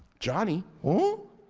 johnny oh?